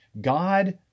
God